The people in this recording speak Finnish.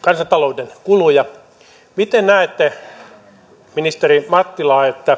kansantalouden kuluja miten näette ministeri mattila että